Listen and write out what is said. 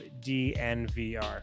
DNVR